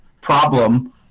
problem